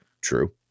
True